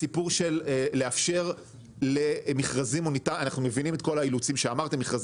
הסיפור של לאפשר למכרזים מוניטריים,